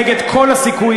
נגד כל הסיכויים,